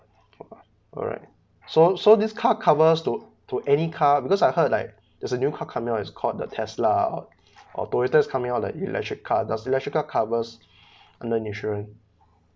alright so so this co~ covers to to any car because I heard like is a new car comming out is called the tesla or or toyota is coming out like electric car does electrical car covers under insurance